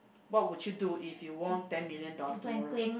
what would you do if you won ten million dollars tomorrow